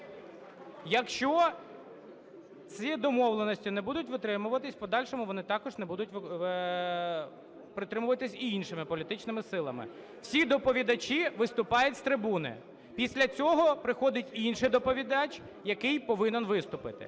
Якщо ці домовленості не будуть витримуватися, в подальшому вони також не будуть притримуватися і іншими політичними силами. Всі доповідачі виступають з трибуни Після цього приходить інший доповідач, який повинен виступити.